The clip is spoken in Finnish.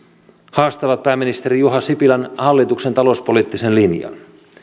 haastavat pääministeri juha sipilän hallituksen talouspoliittisen linjan